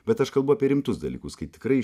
bet aš kalbu apie rimtus dalykus kai tikrai